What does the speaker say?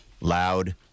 loud